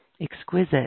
Exquisite